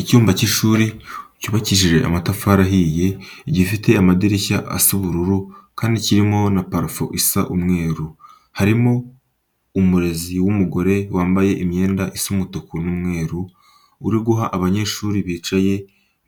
Icyumba cy'ishuri cyubakishije amatafari ahiye, gifite amadirishya asa ubururu kandi kirimo na parafo isa umweru. Harimo umurezi w'umugore wambaye imyenda isa umutuku n'umweru, uri guha abanyeshuri bicaye